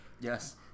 Yes